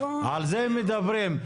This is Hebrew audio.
על זה הם מדברים.